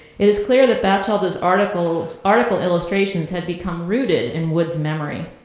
it is clear the bachelder's articles articles illustrations had become rooted in wood's memory.